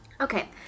Okay